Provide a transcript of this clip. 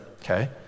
okay